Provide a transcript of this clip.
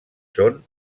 són